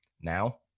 Now